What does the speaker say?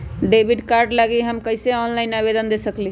Debit card लागी हम कईसे ऑनलाइन आवेदन दे सकलि ह?